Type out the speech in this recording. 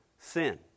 sin